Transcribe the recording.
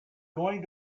going